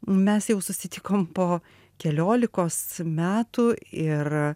mes jau susitikom po keliolikos metų ir